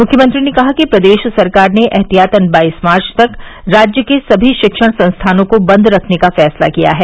मुख्यमंत्री ने कहा कि प्रदेश सरकार ने एहतियातन बाइस मार्च तक राज्य के सभी शिक्षण संस्थानों को बन्द रखने का फैसला किया है